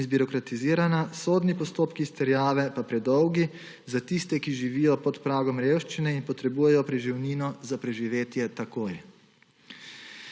in zbirokratizirana, sodni postopki izterjave pa predolgi za tiste, ki živijo pod pragom revščine in potrebujejo preživnino za preživetje takoj.